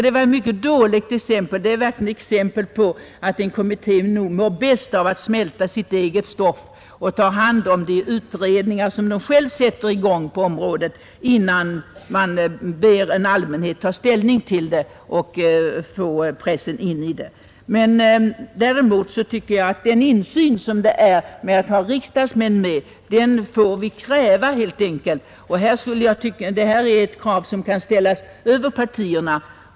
Det var ett mycket illa valt exempel. Det är i stället ett exempel på att en kommittée mår bäst av att smälta sitt eget stoff och ta hand om de undersökningar som den själv sätter i gång, innan man ber en allmänhet ta ställning och låter pressen få insyn. Däremot anser jag att vi helt enkelt måste kräva den insyn som det innebär att ha riksdagsmän med i utredningar. Det är ett krav som kan ställas över partierna.